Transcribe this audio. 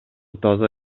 таза